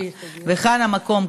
כאן המקום,